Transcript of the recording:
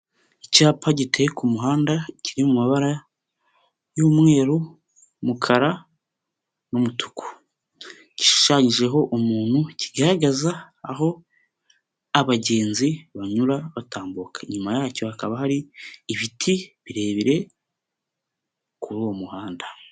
Icyapa giteye ku muhanda, kiri mu mabara y'umweru, umukara n'umutuku. Gishushanyijeho umuntu, kigaragaza aho abagenzi banyura batambuka, inyuma yacyo hakaba hari, ibiti birebire, kuri uwo muhanda.